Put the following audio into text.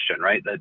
right